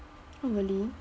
oh really